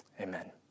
amen